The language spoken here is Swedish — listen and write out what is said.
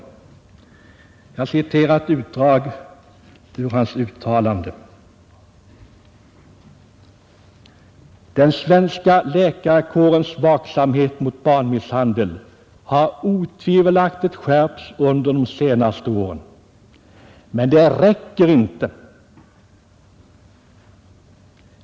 Uttalandet är återgivet i pressen i dag och lyder: ”Den svenska läkarkårens vaksamhet mot barnmisshandel har otvivelaktigt skärpts under de senaste åren. Men det räcker inte.